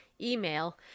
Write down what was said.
email